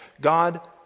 God